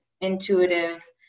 intuitive